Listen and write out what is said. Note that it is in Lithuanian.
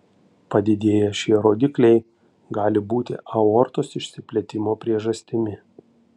padidėję šie rodikliai gali būti aortos išsiplėtimo priežastimi